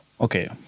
okay